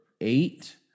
eight